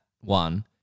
one